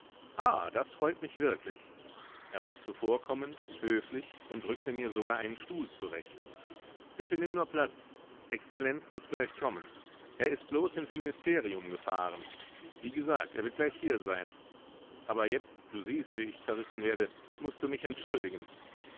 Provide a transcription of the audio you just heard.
ah das freut mich wirklich er war zuvorkommend höflich und rückte mir sogar einen stuhl zurecht bitte nimm nur platz exzellenz muß gleich kommen er ist bloß ins ministerium gefahren wie gesagt er wird gleich hier sein aber jetzt du siehst wie ich zerrissen werde mußt du mich entschuldigen